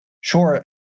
sure